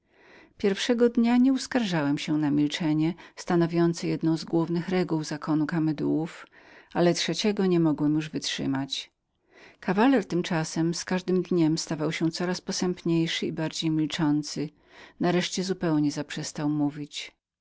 pierwszego dnia nie uskarżałem się na milczenie stanowiące jedną z głównych reguł zakonu kamadułówkamedułów ale trzeciego niemogłem już dłużej wytrzymać kawaler tymczasem z każdym dniem stawał się coraz posępniejszym i bardziej milczącym nareszcie zupełnie zaprzestał mówić